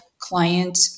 client